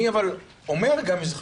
אבל אני גם אומר לפרוטוקול,